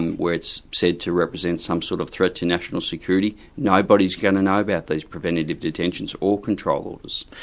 and where it's said to represent some sort of threat to national security, nobody's going to know about these preventative detentions or control orders.